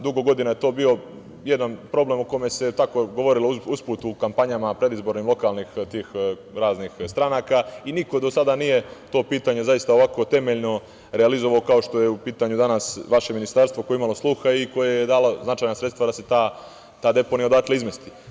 Dugo godina je to bio jedan problem o kome se tako govorilo usput u kampanjama predizbornih lokalnih raznih stranaka i niko do sada nije to pitanje, zaista ovako temeljno realizovao kao što je u pitanju danas vaše Ministarstvo koje je imalo sluha i koje je dalo značajna sredstva da se ta deponija odatle izmesti.